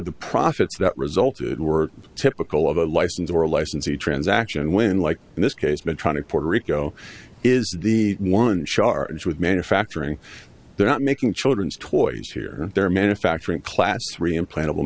the profits that resulted were typical of a license or a licensee transaction when like in this case medtronic puerto rico is the one charged with manufacturing they're not making children's toys here they're manufacturing class three implantable